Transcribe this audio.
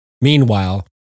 Meanwhile